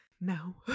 No